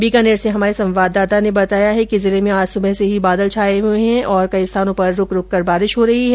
बीकानेर से हमारे संवाददाता ने बताया कि जिले में आज सुबह से ही बादल छाये हुए है और कई स्थानों पर रूकरूक कर बारिश हो रही है